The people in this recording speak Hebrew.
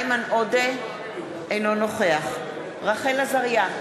אינו נוכח רחל עזריה,